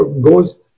goes